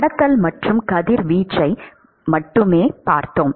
கடத்தல் மற்றும் கதிர்வீச்சை மட்டுமே பார்த்தோம்